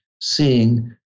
seeing